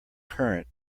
current